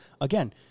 again